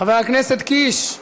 חבר הכנסת קיש,